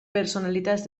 personalitats